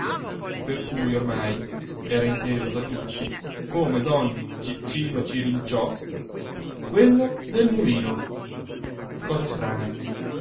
per cui ormai era inteso da tutti come don ciccino cirinciò quello del mulino cosa strana